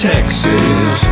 Texas